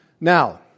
Now